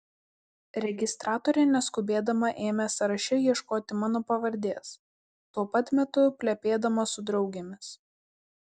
registratorė neskubėdama ėmė sąraše ieškoti mano pavardės tuo pat metu plepėdama su draugėmis